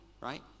right